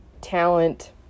talent